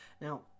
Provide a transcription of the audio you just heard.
Now